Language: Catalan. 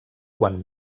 quan